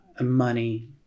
money